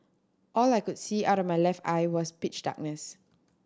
all I could see out of my left eye was pitch darkness